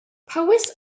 powys